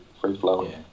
free-flowing